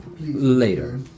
Later